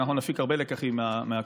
אנחנו נפיק הרבה לקחים מהקורונה,